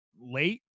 Late